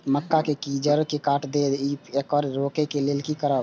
मक्का के कीरा जड़ से काट देय ईय येकर रोके लेल की करब?